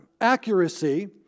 accuracy